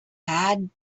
had